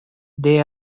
they